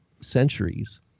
centuries